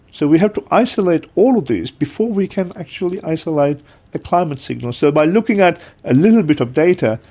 so we have to isolate all of these before we can actually isolate the climate signal. so by looking at a little bit of data,